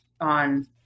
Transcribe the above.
on